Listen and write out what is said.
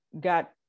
got